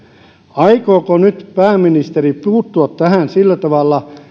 aikooko nyt pääministeri puuttua tähän sillä tavalla